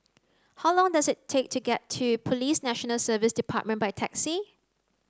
How long does it take to get to Police National Service Department by taxi